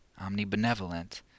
omnibenevolent